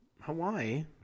Hawaii